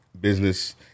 business